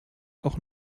auch